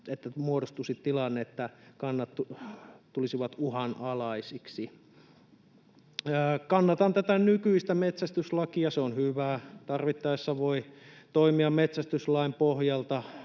että muodostuisi tilanne, että kannat tulisivat uhanalaisiksi. Kannatan nykyistä metsästyslakia. Se on hyvä. Tarvittaessa voi toimia metsästyslain pohjalta